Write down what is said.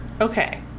Okay